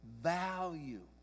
value